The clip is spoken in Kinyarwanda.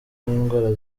n’indwara